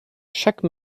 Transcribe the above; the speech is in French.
chaque